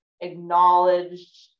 acknowledged